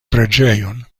preĝejon